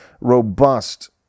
robust